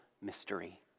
mystery